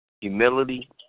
humility